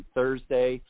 Thursday